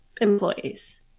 employees